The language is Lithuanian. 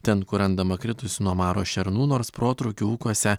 ten kur randama kritusių nuo maro šernų nors protrūkių ūkiuose